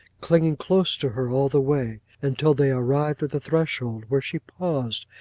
clinging close to her all the way, until they arrived at the threshold, where she paused,